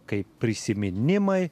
kaip prisiminimai